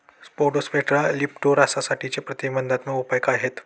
Spodoptera लिट्युरासाठीचे प्रतिबंधात्मक उपाय काय आहेत?